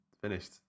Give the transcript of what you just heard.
finished